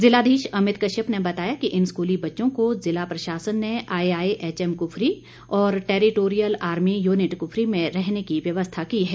जिलाधीश अमित कश्यप ने बताया कि इन स्कूली बच्चों को जिला प्रशासन ने I I H M Kufri और टैरिटोरियल आर्मी यूनिट कुफरी में रहने की व्यवस्था की है